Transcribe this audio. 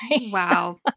Wow